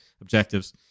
objectives